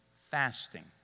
fasting